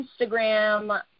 Instagram